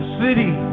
city